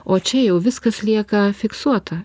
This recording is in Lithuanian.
o čia jau viskas lieka fiksuota